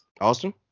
Austin